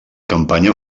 campanya